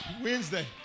Wednesday